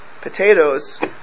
potatoes